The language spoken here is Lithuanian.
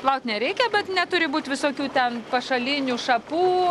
plaut nereikia bet neturi būt visokių ten pašalinių šapų